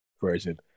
version